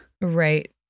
Right